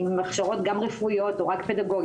אם הן הכשרות גם רפואיות או רק פדגוגיות,